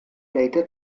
data